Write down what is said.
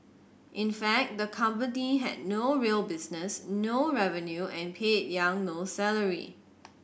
in fact the company had no real business no revenue and paid Yang no salary